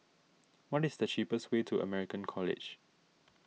what is the cheapest way to American College